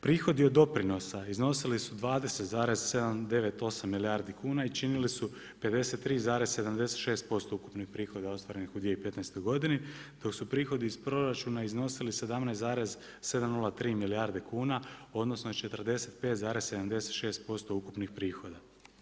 Prihodi od doprinosa iznosili su 20,798 milijardi kuna i činili su 53,76% ukupnih prihoda ostvarenih u 2015. godini dok su prihodi iz proračuna iznosili 17,703 milijarde kuna odnosno 45,76% ukupnih prihoda.